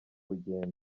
rugendo